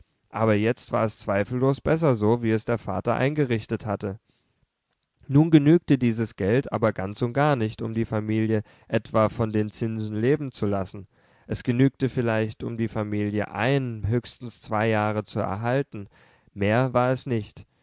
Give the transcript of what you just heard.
aber jetzt war es zweifellos besser so wie es der vater eingerichtet hatte nun genügte dieses geld aber ganz und gar nicht um die familie etwa von den zinsen leben zu lassen es genügte vielleicht um die familie ein höchstens zwei jahre zu erhalten mehr war es nicht